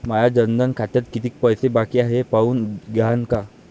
माया जनधन खात्यात कितीक पैसे बाकी हाय हे पाहून द्यान का?